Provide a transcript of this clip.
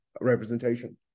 representation